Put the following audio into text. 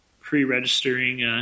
pre-registering